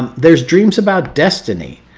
there's dreams about destiny.